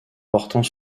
portant